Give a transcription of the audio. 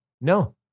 no